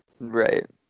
Right